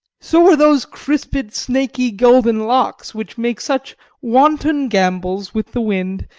so are those crisped snaky golden locks which make such wanton gambols with the wind,